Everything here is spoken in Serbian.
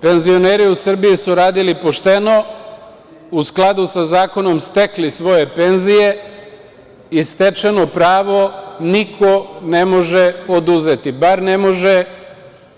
Penzioneri u Srbiji su radili pošteno, u skladu sa zakonom stekli svoje penzije i stečeno pravo niko ne može oduzeti, bar ne može